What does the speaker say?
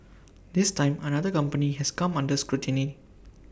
this time another company has come under scrutiny